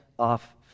off